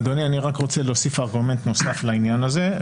אדוני, אני רוצה להוסיף ארגומנט נוסף לעניין הזה: